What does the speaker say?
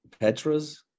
Petras